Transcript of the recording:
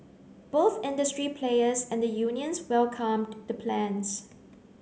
both industry players and the unions welcomed the plans